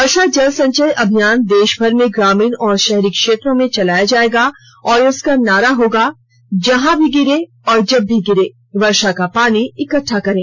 वर्षा जल संचय अभियान देशभर में ग्रामीण और शहरी क्षेत्रों में चलाया जाएगा और इसका नारा होगा जहां भी गिरे और जब भी गिरे वर्षा का पानी इकट्टा करें